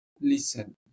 listen